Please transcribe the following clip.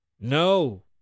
No